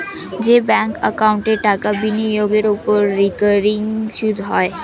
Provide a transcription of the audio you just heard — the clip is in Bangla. যে ব্যাঙ্ক একাউন্টে টাকা বিনিয়োগের ওপর রেকারিং সুদ হয়